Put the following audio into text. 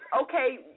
Okay